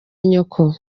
nyoko